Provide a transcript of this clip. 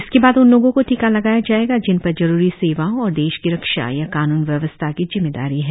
इसके बाद उन लोगों को टीका लगाया जाएगा जिन पर जरूरी सेवाओं और देश की रक्षा या कानून व्यवस्था की जिम्मेदारी है